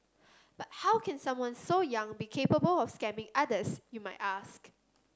but how can someone so young be capable of scamming others you might ask